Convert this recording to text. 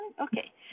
Okay